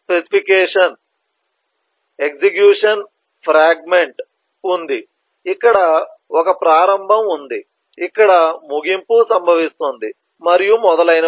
స్పెసిఫికేషన్తో execution fragment ఉంది ఇక్కడ ఒక ప్రారంభం ఉంది ఇక్కడ ముగింపు సంభవిస్తుంది మరియు మొదలైనవి